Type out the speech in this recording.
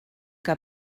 que